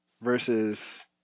versus